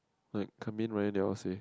like coming Ryan they all said